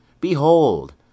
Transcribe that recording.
Behold